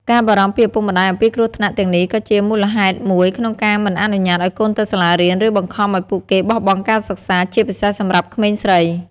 ការបារម្ភពីឪពុកម្តាយអំពីគ្រោះថ្នាក់ទាំងនេះក៏ជាមូលហេតុមួយក្នុងការមិនអនុញ្ញាតឱ្យកូនទៅសាលារៀន ឬបង្ខំឱ្យពួកគេបោះបង់ការសិក្សា ជាពិសេសសម្រាប់ក្មេងស្រី។